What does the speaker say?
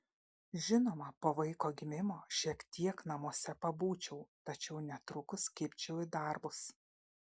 žinoma po vaiko gimimo šiek tiek namuose pabūčiau tačiau netrukus kibčiau į darbus